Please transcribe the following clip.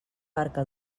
barca